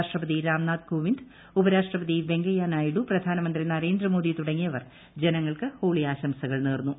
രാഷ്ട്രപതി രാംനാഥ് കോവിന്ദ് ഉപരാഷ്ട്രപതി വെങ്കയ്യ നായ്ഡു പ്രധാനമന്ത്രി നരേന്ദ്രമോദി തുടങ്ങിയവർ ജനങ്ങൾക്ക് ഹോളി ആശംസകൾ നേർന്നു